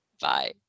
bye